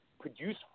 produce